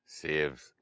saves